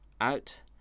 out